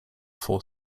four